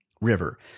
river